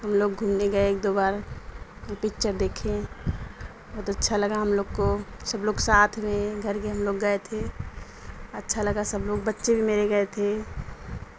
ہم لوگ گھومنے گئے ایک دو بار پکچر دیکھیں بہت اچھا لگا ہم لوگ کو سب لوگ ساتھ میں گھر کے ہم لوگ گئے تھے اچھا لگا سب لوگ بچے بھی میرے گئے تھے